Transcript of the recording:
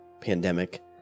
pandemic